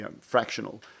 fractional